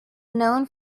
known